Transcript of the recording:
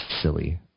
silly